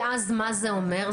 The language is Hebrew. כי אז מה זה אומר?